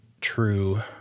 true